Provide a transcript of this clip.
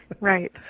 right